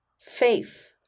faith